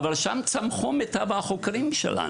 אבל שם צמחו מיטב החוקרים שלנו.